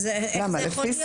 איך זה יכול להיות?